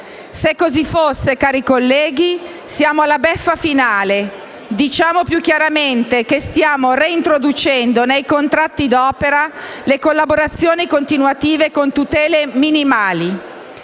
Se così fosse, cari colleghi, siamo alla beffa finale. Diciamo più chiaramente che stiamo reintroducendo nei contratti d'opera le collaborazioni continuative con tutele minimali.